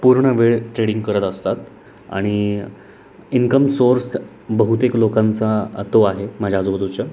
पूर्ण वेळ ट्रेडिंग करत असतात आणि इन्कम सोर्स बहुतेक लोकांचा तो आहे माझ्या आजूबजूच्या